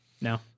No